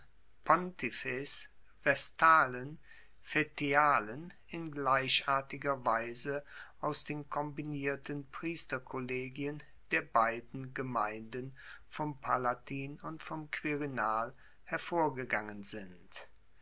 vestalen fetialen in gleichartiger weise aus den kombinierten priesterkollegien der beiden gemeinden vom palatin und vom quirinal hervorgegangen sind